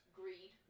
greed